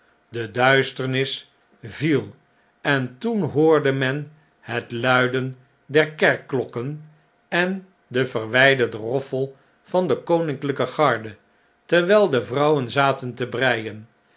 de duisternis viel en toen hoorde men het luiden der kerkklokken en den verwyderden roffel van dekoninkln'ke garde terwijl devrouwen zaten te breien